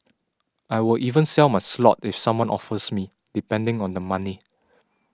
I will even sell my slot if someone offers me depending on the money